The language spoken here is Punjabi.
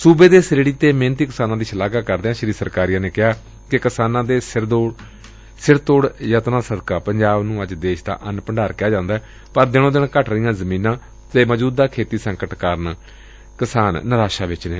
ਸੁਬੇ ਦੇ ਸਿਰਤੀ ਤੇ ਮਿਹਨਤੀ ਕਿਸਾਨਾਂ ਦੀ ਸ਼ਲਾਘਾ ਕਰਦਿਆਂ ਸ੍ਰੀ ਸਰਕਾਰੀਆ ਨੇ ਕਿਹਾ ਕਿ ਕਿਸਾਨਾਂ ਦੇ ਸਿਰ ਤੋੜ ਯਤਨਾਂ ਸਦਕਾ ਪੰਜਾਬ ਨੂੰ ਅੱਜ ਦੇਸ਼ ਦਾ ਅੰਨ ਭੰਡਾਰ ਕਿਹਾ ਜਾਂਦੈ ਪਰ ਦਿਨੋਂ ਦਿਨ ਘਟ ਰਹੀਆਂ ਜ਼ਮੀਨਾਂ ਅਤੇ ਮੌਜੁਦਾ ਖੇਤੀ ਸੰਕਟ ਕਾਰਨ ਕਿਸਾਨ ਨਿਰਾਸ਼ਾ ਵਿਚ ਨੇ